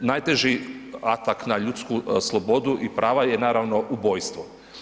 Najteži atak na ljudsku slobodu i prava je naravno, ubojstvo.